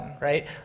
right